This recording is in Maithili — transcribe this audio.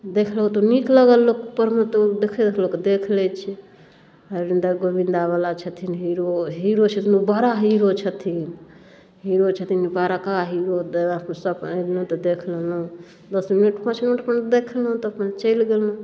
देखलक तऽ ओ नीक लगल लोकके तऽ देख लै छै धरमिन्दर गोविंदावला छथिन हीरो हीरो छथिन उ बड़ा हीरो छथिन हीरो छथिन बड़का हीरो तऽ देख लेलहुँ दस मिनट पाँच मिनट अपन देख लेलहुँ तऽ चलि गेलहुँ